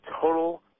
total